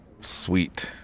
Sweet